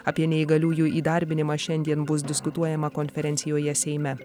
apie neįgaliųjų įdarbinimą šiandien bus diskutuojama konferencijoje seime